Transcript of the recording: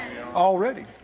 Already